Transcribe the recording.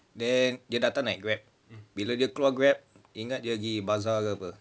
then dia datang naik grab bila dia claw grab ingat dia keluar gi bazaar ke apa